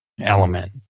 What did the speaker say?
element